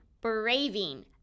BRAVING